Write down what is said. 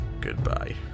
goodbye